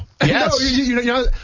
Yes